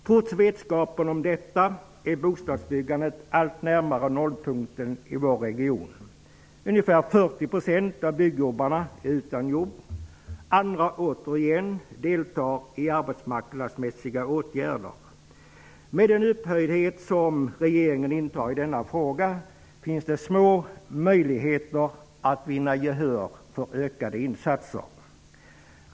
Trots vetskapen om detta närmar sig bostadsbyggandet i vår region nollpunkten alltmer. Ungefär 40 % av byggjobbarna är utan jobb. Andra återigen är föremål för arbetsmarknadspolitiska åtgärder. Med den upphöjdhet som regeringen intar i denna fråga finns det små möjligheter att vinna gehör för ökade insatser.